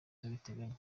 abiteganya